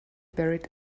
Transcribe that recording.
buried